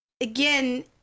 again